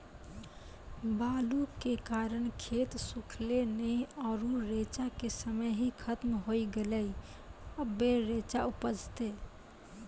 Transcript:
बालू के कारण खेत सुखले नेय आरु रेचा के समय ही खत्म होय गेलै, अबे रेचा उपजते?